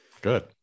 good